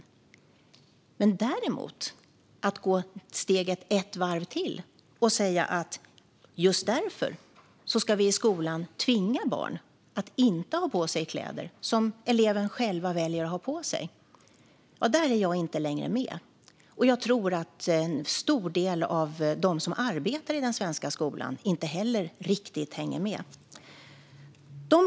Jag är däremot inte längre med om vi går ett steg till och tar det ytterligare ett varv och säger att vi i skolan just därför ska tvinga barn att inte ha på sig kläder som eleverna själva väljer att ha på sig. Jag tror att en stor del av dem som arbetar inom den svenska skolan inte heller riktigt hänger med.